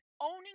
owning